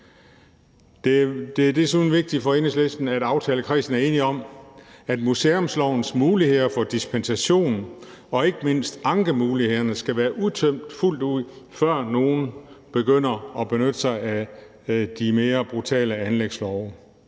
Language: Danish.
desuden vigtigt for Enhedslisten, at aftalekredsen er enig om, at museumslovens muligheder for dispensation og ikke mindst ankemulighederne skal være udtømt fuldt ud, før nogen begynder at benytte sig af de mere brutale anlægslove.